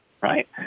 right